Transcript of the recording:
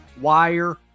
Wire